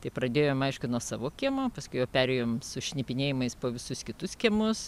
tai pradėjom aišku nuo savo kiemo paskui perėjom su šnipinėjimu po visus kitus kiemus